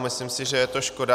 Myslím si, že je to škoda.